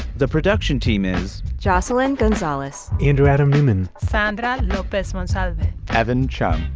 the production team is jocelyn gonzalez into adam woman sandra lopez months out of adventure. um